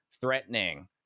threatening